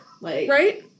Right